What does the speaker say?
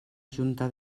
junta